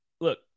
look